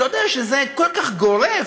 אתה יודע שזה כל כך גורף,